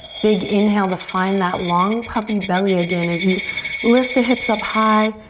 big inhale to find that long puppy belly again as you lift the hips up high,